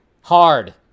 Hard